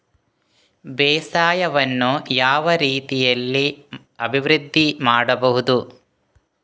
ಬೇಸಾಯವನ್ನು ಯಾವ ರೀತಿಯಲ್ಲಿ ಅಭಿವೃದ್ಧಿ ಮಾಡಬಹುದು?